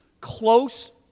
close